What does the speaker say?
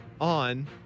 on